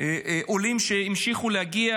עולים ממדינות אחרות, שהמשיכו להגיע